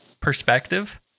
perspective